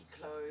clothes